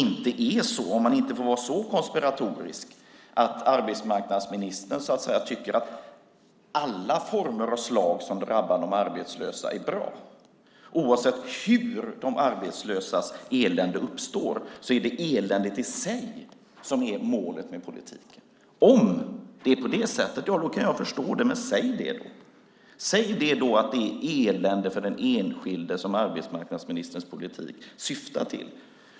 Får man vara så konspiratorisk att tro att arbetsmarknadsministern tycker att alla former av slag som drabbar de arbetslösa är bra, oavsett hur de arbetslösas elände uppstår är det eländet i sig som är målet med politiken? Om det är på det sättet kan jag förstå svaret, men säg då att det är elände för den enskilde som arbetsmarknadsministerns politik syftar till.